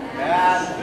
להצביע.